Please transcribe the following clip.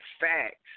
facts